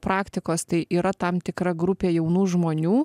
praktikos tai yra tam tikra grupė jaunų žmonių